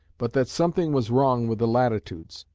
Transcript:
but that something was wrong with the latitudes.